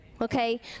Okay